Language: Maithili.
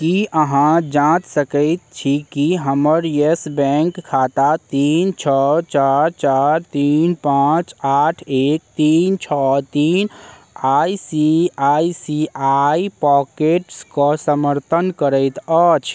की अहाँ जाँच सकैत छी कि हमर येस बैंक खाता तीन छओ चारि चारि तीन पाँच आठ एक तीन छओ तीन I C I C I pockets कऽ समर्थन करैत अछि